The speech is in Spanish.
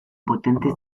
potentes